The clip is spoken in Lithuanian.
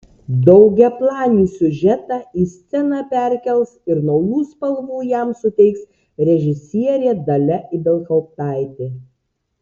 daugiaplanį siužetą į sceną perkels ir naujų spalvų jam suteiks režisierė dalia ibelhauptaitė